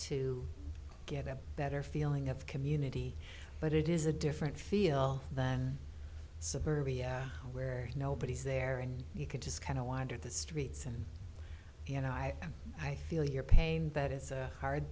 to get a better feeling of community but it is a different feel than suburbia where nobody's there and you could just kind of wander the streets and you know i am i feel your pain that is a hard